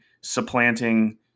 supplanting